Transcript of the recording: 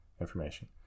information